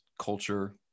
culture